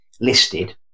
listed